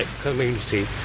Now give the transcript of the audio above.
community